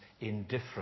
indifferent